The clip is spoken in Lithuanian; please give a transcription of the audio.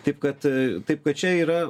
taip kad taip kad čia yra